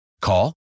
Call